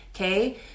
okay